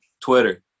Twitter